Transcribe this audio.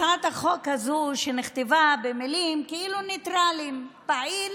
הצעת החוק הזו נכתבה במילים כאילו ניטרליות "פעיל